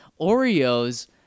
Oreos